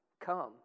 come